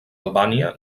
albània